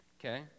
Okay